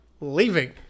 leaving